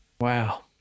Wow